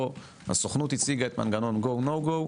פה הסוכנים הציגה את מנגנון הנו גו גו,